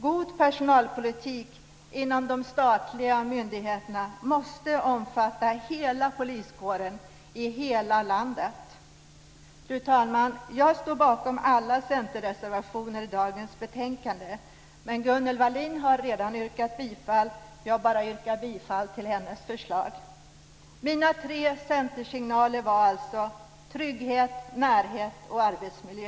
God personalpolitik inom de statliga myndigheterna måste omfatta hela poliskåren i hela landet. Fru talman! Jag står bakom alla centerreservationer i dagens betänkande. Gunnel Wallin har redan yrkat bifall, så jag yrkar bara bifall till hennes förslag. Mina tre centersignaler var alltså: trygghet, närhet och arbetsmiljö.